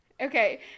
Okay